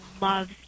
loves